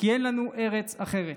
כי אין לנו ארץ אחרת.